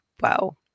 wow